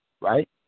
right